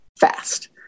fast